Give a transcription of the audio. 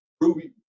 Ruby